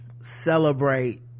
celebrate